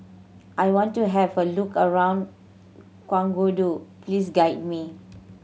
I want to have a look around Ouagadougou please guide me